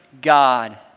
God